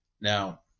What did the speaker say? Now